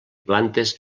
plantes